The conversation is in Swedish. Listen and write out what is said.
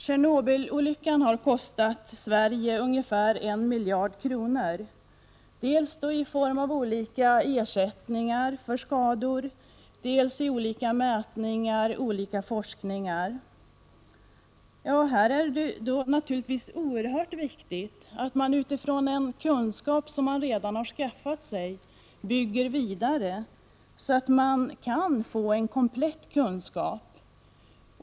Tjernobylolyckan har kostat Sverige ungefär 1 miljard kronor, dels i olika ersättningsbetalningar, dels i mätning, forskning etc. Här är det naturligtvis oerhört viktigt att man utifrån en kunskap som man redan har skaffat sig bygger vidare, så att man kan få en komplett kunskap.